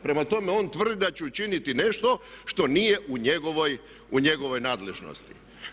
Prema tome, on tvrdi da će učinit nešto što nije u njegovoj nadležnosti.